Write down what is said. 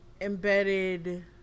embedded